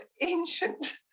ancient